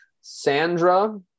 sandra